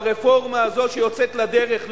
ברפורמה הזו שיוצאת לדרך,